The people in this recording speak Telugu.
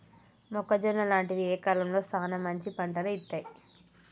మొక్కజొన్న లాంటివి ఏ కాలంలో సానా మంచి పంటను ఇత్తయ్?